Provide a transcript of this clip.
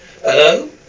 Hello